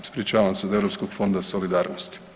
Ispričavam se, od Europskog fonda solidarnosti.